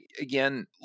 again